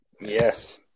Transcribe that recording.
Yes